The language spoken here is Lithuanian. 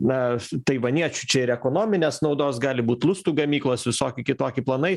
na taivaniečių čia ir ekonominės naudos gali būt lustų gamyklos visoki kitoki planai